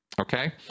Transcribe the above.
okay